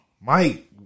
Mike